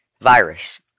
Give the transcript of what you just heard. virus